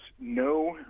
no